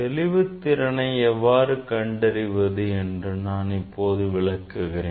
தெளிவு திறனை எவ்வாறு கண்டறிவது என்று நான் இப்போது விளக்குகிறேன்